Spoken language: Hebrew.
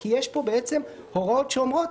כי יש פה הוראות שאומרות